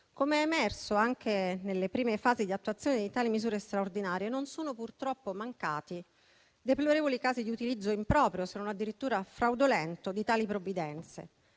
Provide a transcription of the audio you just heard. Come emerso anche nelle prime fasi di attuazione di tali misure straordinarie, non sono purtroppo mancati deplorevoli casi di utilizzo improprio, se non addirittura fraudolento, di tali provvidenze.